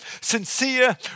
sincere